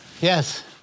Yes